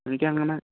എനിക്ക് അങ്ങനെ